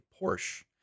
Porsche